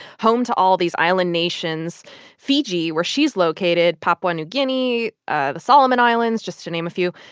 home to all these island nations fiji, where she's located papua new guinea ah the solomon islands, just to name a few.